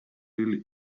really